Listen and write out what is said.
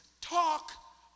talk